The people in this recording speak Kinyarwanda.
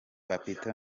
papito